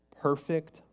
perfect